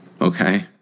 okay